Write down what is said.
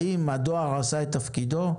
האם הדואר עשה את תפקידו?